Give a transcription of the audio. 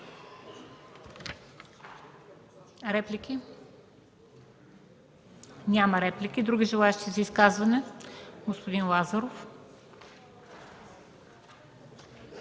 Реплики? Няма. Други желаещи за изказвания? Господин Лазаров.